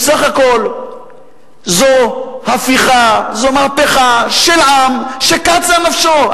בסך הכול זאת הפיכה, זאת מהפכה של עם שקצה נפשו.